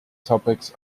topics